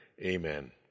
Amen